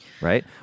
right